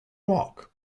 walk